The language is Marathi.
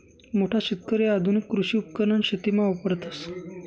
मोठा शेतकरी आधुनिक कृषी उपकरण शेतीमा वापरतस